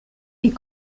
est